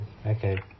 Okay